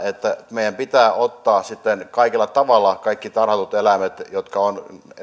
meidän pitää ottaa mukaan kaikella tavalla kaikki tarhatut eläimet jotka ovat